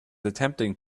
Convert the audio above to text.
attempting